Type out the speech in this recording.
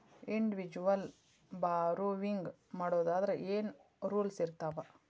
Individual borrowing ಮಾಡೊದಾದ್ರ ಏನ್ ರೂಲ್ಸಿರ್ತಾವ?